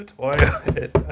toilet